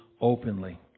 openly